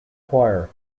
choir